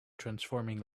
transforming